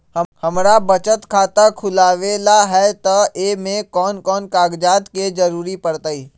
हमरा बचत खाता खुलावेला है त ए में कौन कौन कागजात के जरूरी परतई?